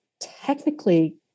technically